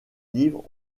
livres